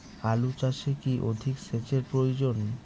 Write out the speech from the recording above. আলু চাষে কি অধিক সেচের প্রয়োজন?